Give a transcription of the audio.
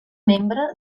membre